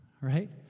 right